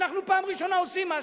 אנחנו פעם ראשונה עושים משהו.